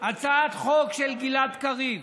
הצעת חוק של גלעד קריב,